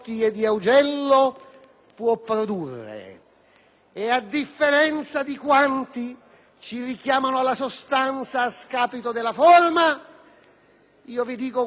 A differenza di quanti ci richiamano alla sostanza a discapito della forma, io vi dico qualcosa che è di forma ma anche di sostanza.